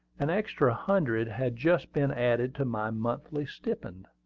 an extra hundred had just been added to my monthly stipend.